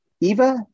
Eva